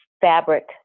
fabric